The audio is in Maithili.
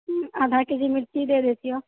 आधा केजी मिरची दै देतियौ